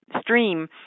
stream